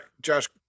josh